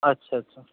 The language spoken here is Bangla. আচ্ছা আচ্ছা